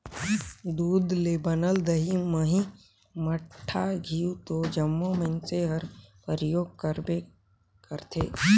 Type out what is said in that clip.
दूद ले बनल दही, मही, मठा, घींव तो जम्मो मइनसे हर परियोग करबे करथे